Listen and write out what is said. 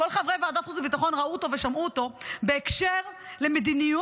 כל חברי ועדת החוץ והביטחון ראו אותו ושמעו אותו בהקשר של מדיניות